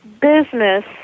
business